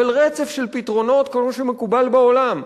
אבל רצף של פתרונות, כמו שמקובל בעולם,